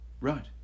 Right